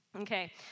Okay